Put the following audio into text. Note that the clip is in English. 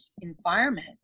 environment